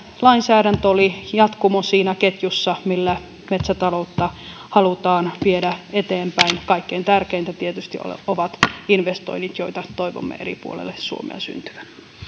lainsäädäntö oli jatkumo siinä ketjussa millä metsätaloutta halutaan viedä eteenpäin kaikkein tärkeintä tietysti ovat investoinnit joita toivomme eri puolille suomea syntyvän